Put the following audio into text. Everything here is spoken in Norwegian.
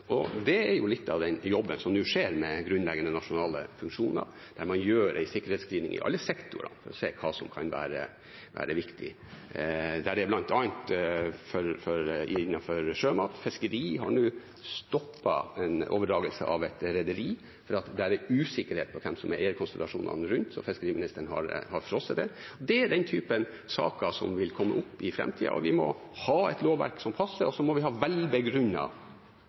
Det er litt av den jobben som nå skjer med grunnleggende nasjonale funksjoner, der man gjør en sikkerhetsscreening i alle sektorer for å se hva som kan være viktig. Det er bl.a. innenfor sjømat. Fiskeri har nå stoppet en overdragelse av et rederi fordi det er usikkerhet om hvem som er eierkonstellasjonene rundt, så fiskeriministeren har frosset det. Det er den typen saker som vil komme opp i framtida. Vi må ha et lovverk som passer, og så må vi ha